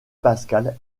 pascal